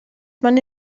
meine